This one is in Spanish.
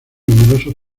numerosos